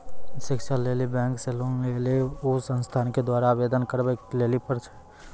शिक्षा लेली बैंक से लोन लेली उ संस्थान के द्वारा आवेदन करबाबै लेली पर छै?